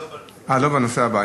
בנושא הבא, לא בנושא הזה.